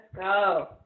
go